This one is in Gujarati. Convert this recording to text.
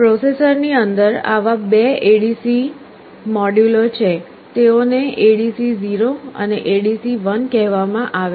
પ્રોસેસરની અંદર આવા બે ADC મોડ્યુલો છે તેઓને ADC0 અને ADC1 કહેવામાં આવે છે